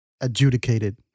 adjudicated